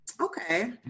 okay